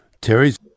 Terry's